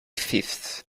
fifth